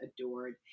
adored